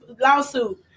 lawsuit